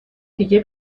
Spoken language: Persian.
دیگه